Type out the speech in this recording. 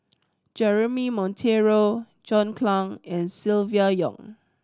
Jeremy Monteiro John Clang and Silvia Yong